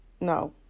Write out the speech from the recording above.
no